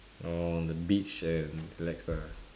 orh on the beach and relax lah